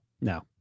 No